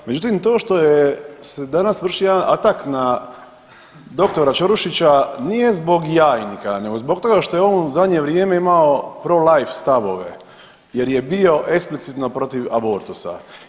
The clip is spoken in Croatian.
Međutim, to što je, se danas vrši jedan atak na doktora Čorušića nije zbog jajnika nego zbog toga što je on u zadnje vrijeme imao prolife stavove jer je bio eksplicitno protiv abortusa.